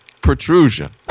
protrusion